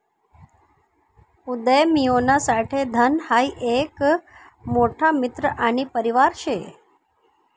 उदयमियोना साठे धन हाई एक मोठा मित्र आणि परिवार शे